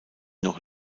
noch